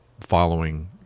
following